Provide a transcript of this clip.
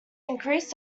increased